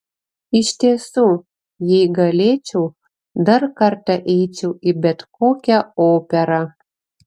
iš tiesų jei galėčiau dar kartą eičiau į bet kokią operą